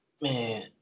Man